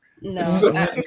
no